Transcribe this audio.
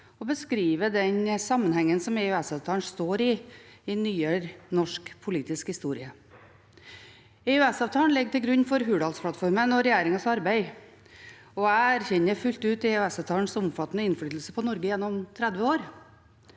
og beskriver den sammenhengen som EØS-avtalen står i, i nyere norsk politisk historie. EØS-avtalen ligger til grunn for Hurdalsplattformen og regjeringens arbeid, og jeg erkjenner fullt ut EØS-avtalens omfattende innflytelse på Norge gjennom 30 år.